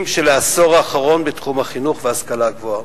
של העשור האחרון בתחום החינוך וההשכלה הגבוהה.